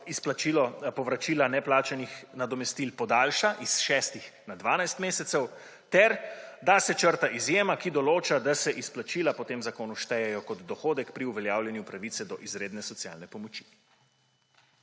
izplačilo povračila neplačanih nadomestil podaljša s šestih na 12 mesecev ter da se črta izjema, ki določa, da se izplačila po tem zakonu štejejo kot dohodek pri uveljavljanju pravice do izredne socialne pomoči.